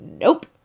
Nope